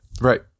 right